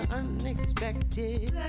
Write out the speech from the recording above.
unexpected